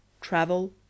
travel